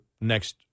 next